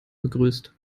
begrüßt